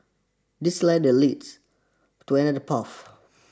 this ladder leads to another path